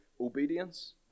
obedience